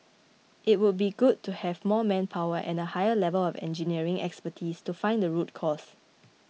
it would be good to have more manpower and a higher level of engineering expertise to find the root cause